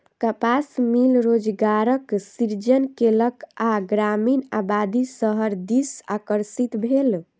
कपास मिल रोजगारक सृजन केलक आ ग्रामीण आबादी शहर दिस आकर्षित भेल